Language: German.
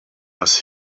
was